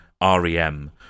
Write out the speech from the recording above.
REM